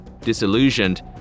Disillusioned